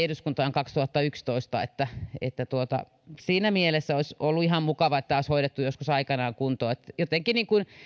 eduskuntaan kaksituhattayksitoista siinä mielessä olisi ollut ihan mukava että tämä olisi hoidettu joskus aikoinaan kuntoon jotenkin